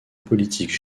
politique